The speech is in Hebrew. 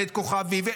את כוכבי,